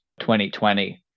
2020